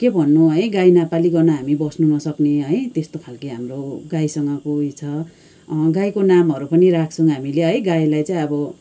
के भन्नु है गाई नपालिकन हामी बस्नु नसक्ने है त्यस्तो खालके हाम्रो गाईसँगको उयो छ गाईको नामहरू पनि राख्छौँ हामीले है गाईलाई चाहिँ अब